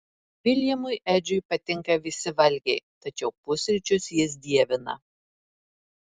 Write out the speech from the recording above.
viljamui edžiui patinka visi valgiai tačiau pusryčius jis dievina